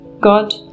God